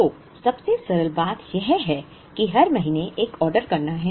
तो सबसे सरल बात यह है कि हर महीने एक ऑर्डर करना है